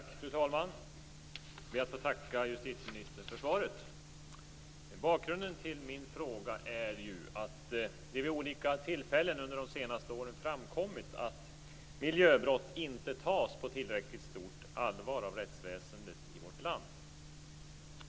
Fru talman! Jag ber att få tacka justitieministern för svaret. Bakgrunden till min fråga är att det vid olika tillfällen under de senaste åren framkommit att miljöbrott inte tas på tillräckligt stort allvar av rättsväsendet i vårt land.